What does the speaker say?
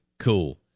cool